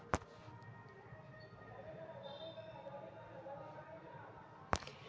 चीन दुनिया में परिष्कृत मोती के सबसे बड़ उत्पादक हई